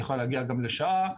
יכול להגיע גם לשעה.